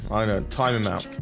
i know tainan out